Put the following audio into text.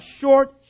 short